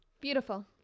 Beautiful